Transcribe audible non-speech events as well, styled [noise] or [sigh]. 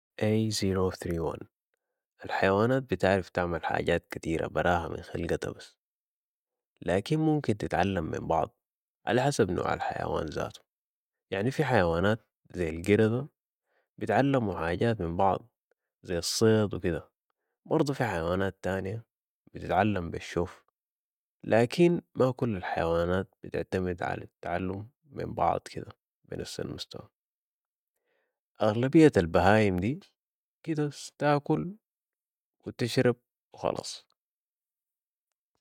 [a zero three one] الحيوانات بتعرف تعمل حاجات كتيرة براها من خلقتا بس. لكن ممكن تتعلم من بعض ،على حسب نوع الحيوان زاتو يعني في حيوانات زي القردة بتعلمو حاجات من بعض زي الصيد و كدة. برضو في حيوانات تانية بتتعلم بشوف ، لكن ما كل الحيوانات بتعتمد على التعلم من بعض كدة بنفس المستوى .أغلبية البهايم ده كدة بس تاكل و تشرب و خلاس